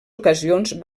ocasions